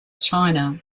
china